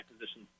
position